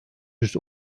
yüz